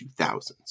2000s